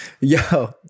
Yo